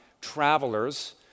travelers